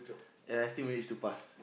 ya I still managed to pass